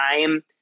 time